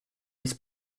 his